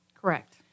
Correct